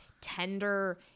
tender